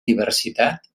diversitat